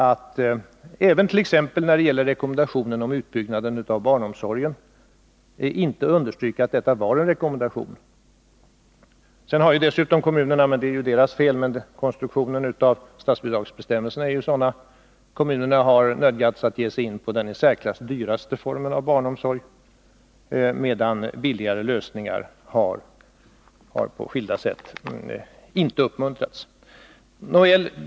Det gäller t.ex. utbyggnaden av barnomsorgen, då det inte tillräckligt underströks att det var fråga om en rekommendation. Kommunerna har också — det är i och för sig inte deras fel, utan beror på konstruktionen av statsbidragsbestämmelserna — nödgats att ge sig in på den i särklass dyraste formen av barnomsorg, medan billigare lösningar på skilda sätt inte har uppmuntrats.